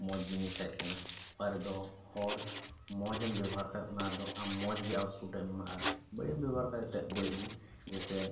ᱢᱚᱡᱽ ᱡᱤᱱᱤᱥ ᱦᱮᱡ ᱠᱟᱱᱟ ᱚᱠᱟ ᱨᱮᱫᱚ ᱦᱚᱲ ᱢᱚᱡᱮᱢ ᱵᱮᱵᱚᱦᱟᱨ ᱠᱷᱟᱡ ᱚᱟᱱ ᱫᱚ ᱟᱢ ᱢᱚᱡᱽ ᱜᱮ ᱟᱹᱭᱩᱴ ᱯᱩᱴᱮᱢ ᱮᱢᱟᱜᱟ ᱵᱟᱹᱲᱤᱡ ᱮᱢ ᱵᱮᱵᱚᱦᱟᱨ ᱠᱷᱟᱡ ᱮᱱᱛᱮ ᱵᱟᱹᱲᱤᱡ ᱜᱮ ᱡᱮᱥᱮ